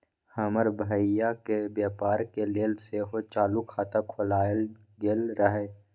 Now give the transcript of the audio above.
हमर भइया के व्यापार के लेल सेहो चालू खता खोलायल गेल रहइ